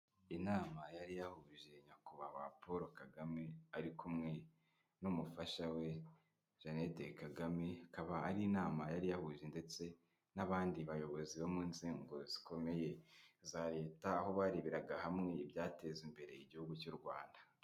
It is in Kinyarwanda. Inama yari yahuje nyakubahwa Paul Kagame ari kumwe n'umufasha we Jeannette Kagame, akaba ari inama yari yahuje ndetse n'abandi bayobozi bo mu nzego zikomeye za leta aho bareberaga hamwe ibyateza imbere igihugu cy'u Rwanda.